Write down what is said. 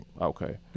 Okay